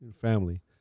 family